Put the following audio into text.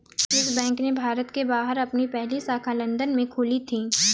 yes Bank ने भारत के बाहर अपनी पहली शाखा लंदन में खोली थी